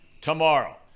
tomorrow